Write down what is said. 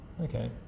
okay